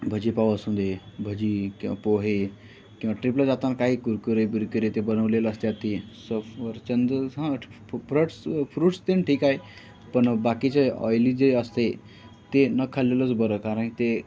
भजीपाव असून दे भजी किंवा पोहे किंवा ट्रिपला जाताना काही कुरकुरे बिरकुरे ते बनवलेलं असत्यात ते सफरचंद फ्रट्स हा फ्रट्स फ्रूटस् ते न ठीक आहे पण बाकीचे ऑइली जे असतं आहे ते न खाल्लेलंच बरं कारण ते